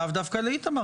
לאו דווקא לשר בן גביר,